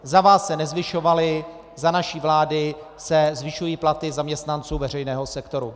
Za vás se nezvyšovaly, za naší vlády se zvyšují platy zaměstnanců veřejného sektoru.